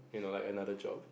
you know like another job